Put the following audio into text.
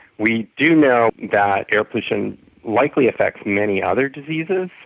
we do know that air pollution likely effects many other diseases,